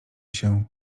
się